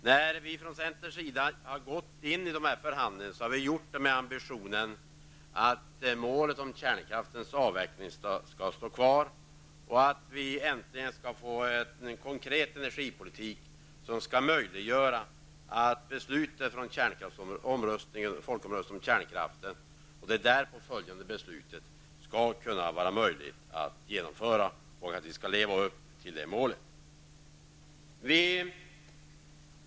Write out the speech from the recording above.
När vi från centerns sida har gått in i dessa förhandlingar har vi gjort det med ambitionen att målet om kärnkraftens avveckling skall stå kvar och att vi äntligen skall få en konkret energipolitik som skall möjliggöra att beslutet från folkomröstningen om kärnkraften och det därpå följande beslutet skall kunna vara möjligt att genomföra och att vi skall kunna leva upp till målet.